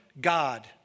God